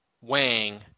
Wang